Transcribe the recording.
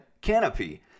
canopy